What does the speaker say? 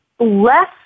less